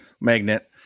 magnet